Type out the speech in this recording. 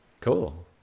Cool